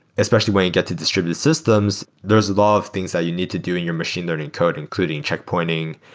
especially when you get to distributed systems, there is a law of things that you need to do in your machine learning code, including checkpointing.